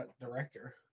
director